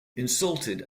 insulted